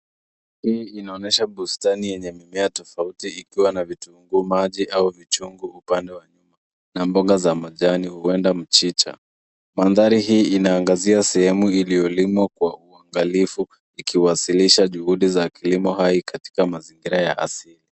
Hii inaonyesha bustani yenye mimea tofauti ikiwa na vitunguu maji au vichungu upande wa nyuma na mboga za majani huenda mchicha. Mandhari hii inaangazia sehemu iliyolimwa kwa uangalifu ikiwasilisha juhudi za kilimo hai katika mazingira ya asili.